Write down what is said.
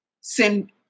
Send